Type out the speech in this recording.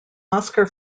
oscar